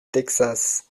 texas